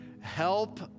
help